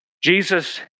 Jesus